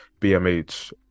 BMH